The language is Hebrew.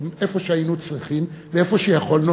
ואיפה שהיינו צריכים ואיפה שיכולנו,